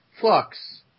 Flux